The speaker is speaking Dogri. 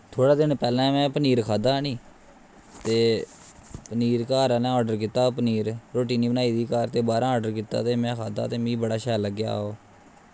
थोह्ड़े दिन पैह्लें में पनीर खाद्दा नी ते पनीर घर आह्लें आर्डर कीता पनीर रुट्टी निं बनाई दी घर ते बाह्रा आर्डर कीता ते में खाद्दा ते मीं बड़ा शैल लग्गेआ हा ओह्